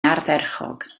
ardderchog